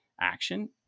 action